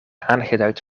aangeduid